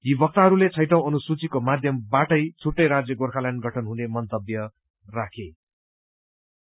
यी वक्ताहरूले छैटौं अनुसूचीको माध्यमबाटै छुट्टै राज्य गोर्खाल्याण्ड गठन हुने मन्तव्य राख्नुभयो